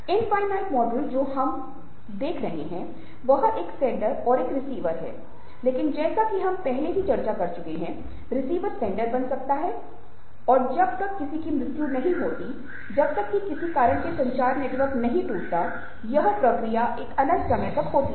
infinite model मे हम जो देख रहे हैं वह एक सेन्डर और एक रिसीवर है लेकिन जैसा कि हम पहले ही चर्चा कर चुके हैं रिसीवर सेन्डर बन जाता है और जब तक किसी की मृत्यु नहीं होती है जब तक कि किसी कारण से संचार नेटवर्क नहीं टूटता है यह प्रक्रिया एक अनंत समय तक होती है